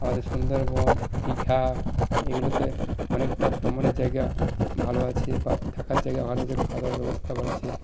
আমাদের সুন্দরবন দীঘা এগুলোতে অনেকটা ভ্রমণের জায়গা ভালো আছে বা থাকার জায়গা ভালো আছে খাওয়া দাওয়ার ব্যবস্থা আছে